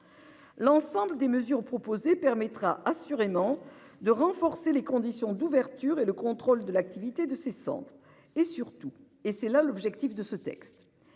L'ensemble des mesures proposées permettra assurément de renforcer les conditions d'ouverture et le contrôle de l'activité de ces centres et surtout et c'est là l'objectif de ce texte.